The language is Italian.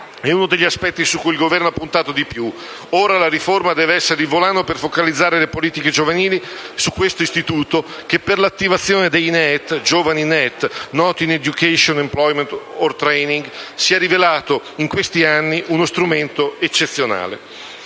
è uno degli aspetti su cui il Governo ha puntato di più. Ora la riforma deve essere il volano per focalizzare le politiche giovanili su questo istituto che per l'attivazione dei NEET (giovani NEET *not in education, employment or training*) si è rivelato, in questi anni, uno strumento eccezionale.